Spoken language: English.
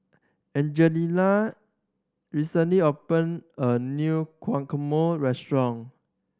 Angelina recently opened a new Guacamole Restaurant